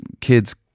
kids